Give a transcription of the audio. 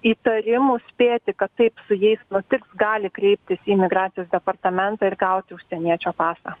įtarimų spėti kad taip su jais nutiks gali kreiptis į migracijos departamentą ir gauti užsieniečio pasą